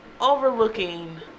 Overlooking